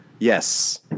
Yes